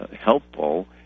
helpful